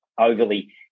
overly